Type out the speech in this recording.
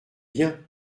bien